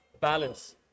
balance